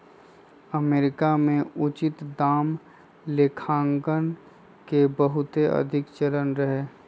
America में उचित दाम लेखांकन के बहुते अधिक चलन रहै